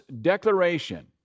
declaration